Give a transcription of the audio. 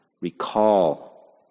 Recall